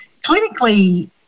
Clinically